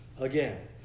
Again